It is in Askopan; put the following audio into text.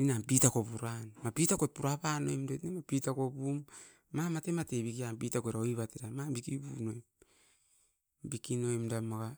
Inam pitako puran, a pitakoit pura panoim doit na'me pitako pum na mate-mate bikiam pitako roibat era nam bikibu noim. Biki noim da maa'ga.